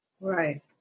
Right